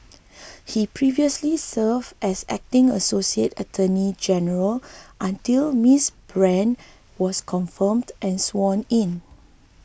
he previously served as acting associate attorney general until Ms Brand was confirmed and sworn in